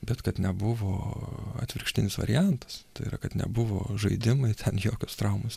bet kad nebuvo atvirkštinis variantas tai yra kad nebuvo žaidimai ten jokios traumos